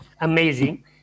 amazing